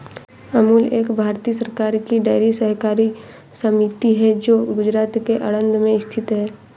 अमूल एक भारतीय सरकार की डेयरी सहकारी समिति है जो गुजरात के आणंद में स्थित है